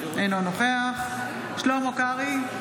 אינו נוכח שלמה קרעי,